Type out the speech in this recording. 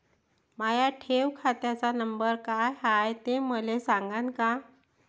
माया ठेव खात्याचा नंबर काय हाय हे मले सांगान का?